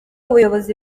ubuyobozi